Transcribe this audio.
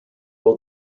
all